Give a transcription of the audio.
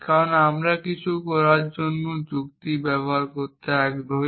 কারণ আমরা কিছু করার জন্য যুক্তি ব্যবহার করতে আগ্রহী